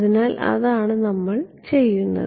അതിനാൽ അതാണ് നമ്മൾ ചെയ്യുന്നത്